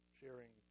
sharing